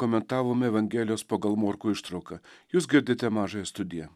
komentavome evangelijos pagal morkų ištrauką jūs girdite mažąją studiją